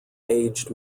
aged